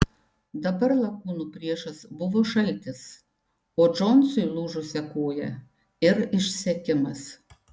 dabar lakūnų priešas buvo šaltis o džonsui lūžusia koja ir išsekimas